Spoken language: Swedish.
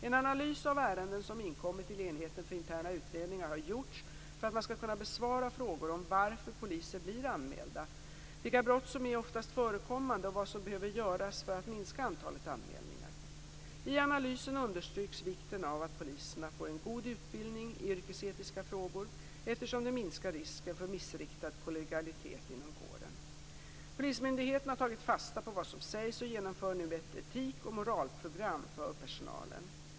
En analys av ärenden som inkommit till enheten för interna utredningar har gjorts för att man skall kunna besvara frågor om varför poliser blir anmälda, vilka brott som är oftast förekommande och vad som behöver göras för att minska antalet anmälningar. I analysen understryks vikten av att poliserna får en god utbildning i yrkesetiska frågor, eftersom det minskar risken för missriktad kollegialitet inom kåren. Polismyndigheten har tagit fasta på vad som sägs och genomför nu ett etik och moralprogram för personalen.